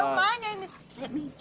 my name is let me